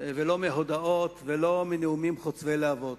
ולא מהודעות ולא מנאומים חוצבי להבות.